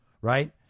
right